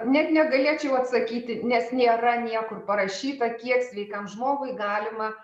net negalėčiau atsakyti nes nėra niekur parašyta kiek sveikam žmogui galima